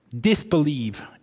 disbelieve